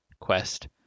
quest